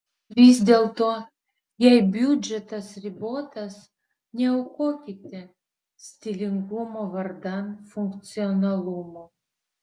vis dėlto jei biudžetas ribotas neaukokite stilingumo vardan funkcionalumo